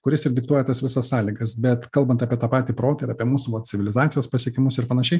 kuris ir diktuoja tas visas sąlygas bet kalbant apie tą patį protą ir apie mūsų vat civilizacijos pasiekimus ir panašiai